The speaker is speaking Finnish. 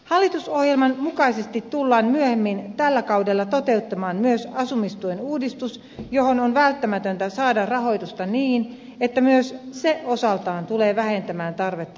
hallitusohjelman mukaisesti tullaan myöhemmin tällä kaudella toteuttamaan myös asumistuen uudistus johon on välttämätöntä saada rahoitusta niin että myös se osaltaan tulee vähentämään tarvetta toimeentulotukeen